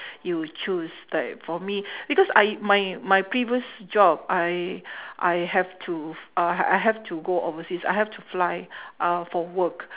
you choose like for me because I my my previous job I I have to uh I have to go overseas I have to fly uh for work